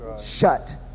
Shut